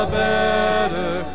better